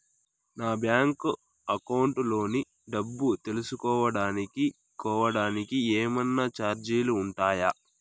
నా bank account లోని డబ్బు తెలుసుకోవడానికి కోవడానికి ఏమన్నా చార్జీలు ఉంటాయా?